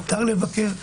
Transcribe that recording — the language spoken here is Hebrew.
מותר לבקר,